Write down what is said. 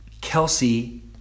Kelsey